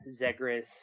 zegris